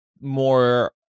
more